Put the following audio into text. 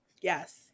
Yes